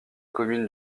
communes